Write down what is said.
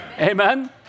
Amen